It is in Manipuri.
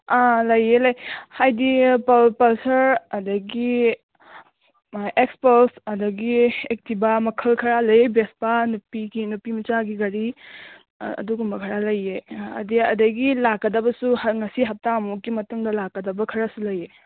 ꯑꯥ ꯂꯩꯌꯦ ꯂꯩ ꯍꯥꯏꯕꯗꯤ ꯄꯜꯁꯔ ꯑꯗꯨꯗꯒꯤ ꯑꯦꯛꯁꯄꯜꯁ ꯑꯗꯨꯗꯒꯤ ꯑꯦꯛꯇꯤꯚꯥ ꯃꯈꯜ ꯈꯔ ꯂꯩ ꯕꯦꯁꯄꯥ ꯅꯨꯄꯤꯒꯤ ꯅꯨꯄꯤ ꯃꯆꯥꯒꯤ ꯒꯥꯔꯤ ꯑꯗꯨꯒꯨꯝꯕ ꯈꯔ ꯂꯩꯌꯦ ꯑꯗꯨꯗꯒꯤ ꯂꯥꯛꯀꯗꯕꯁꯨ ꯉꯁꯤ ꯍꯞꯇꯥꯃꯨꯛꯀꯤ ꯃꯇꯨꯡꯗ ꯂꯥꯛꯀꯗꯕ ꯈꯔꯁꯨ ꯂꯩꯌꯦ